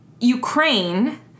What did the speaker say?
Ukraine